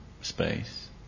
space